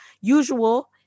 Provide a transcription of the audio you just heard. usual